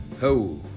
Ho